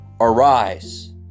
Arise